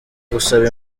gusaba